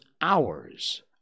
hours